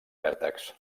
vèrtex